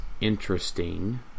interesting